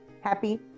Happy